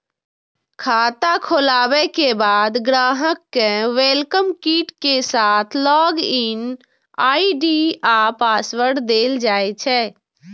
खाता खोलाबे के बाद ग्राहक कें वेलकम किट के साथ लॉग इन आई.डी आ पासवर्ड देल जाइ छै